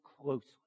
closely